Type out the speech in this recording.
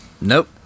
Nope